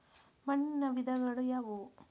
ಮಣ್ಣಿನ ವಿಧಗಳು ಯಾವುವು?